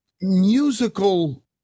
musical